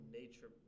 nature